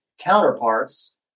counterparts